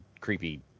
creepy